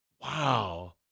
Wow